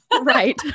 Right